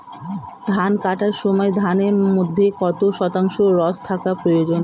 ধান কাটার সময় ধানের মধ্যে কত শতাংশ রস থাকা প্রয়োজন?